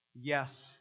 Yes